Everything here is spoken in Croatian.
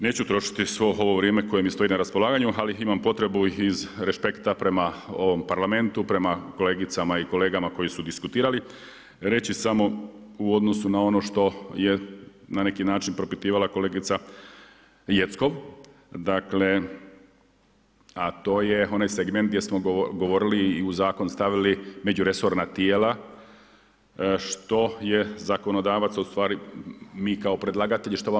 Neću trošiti svo ovo vrijeme koje mi stoji na raspolaganju, ali imam potrebu iz respekta prema ovom Parlamentu, prema kolegicama i kolegama koji su diskutirali, reći samo u odnosu na ono što je na neki način propitivala kolegica Jeckov a to je onaj segment gdje smo govorili i u zakon stavili međuresorna tijela što je zakonodavac ustvari mi kao predlagatelji što vam